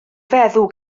feddw